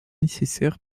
nécessaires